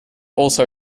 also